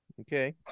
Okay